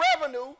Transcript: revenue